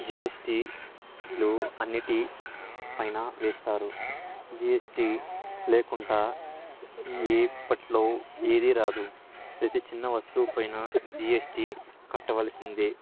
జిఎస్టిలు అన్నింటి పైన వేస్తారు జిఎస్టి లేకుండా ఇప్పట్లో ఏది రాదు ప్రతి చిన్న వస్తువు పైన జిఎస్టి కట్టవలసిందే